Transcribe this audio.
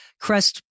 crest